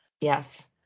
Yes